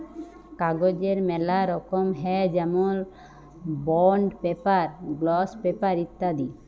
কাগজের ম্যালা রকম হ্যয় যেমল বন্ড পেপার, গ্লস পেপার ইত্যাদি